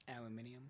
Aluminium